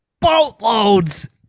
Boatloads